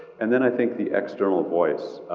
and then i think the external voice,